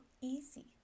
easy